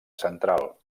central